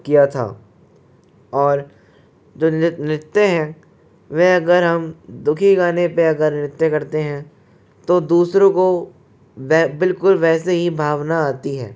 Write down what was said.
किया था और जो नि नि नृत्य है वह अगर हम दुखी गाने पर अगर नृत्य करते हैं तो दूसरों को वे बिल्कुल वैसी ही भावना आती है